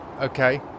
Okay